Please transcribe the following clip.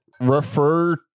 refer